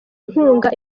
inkunga